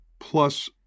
plus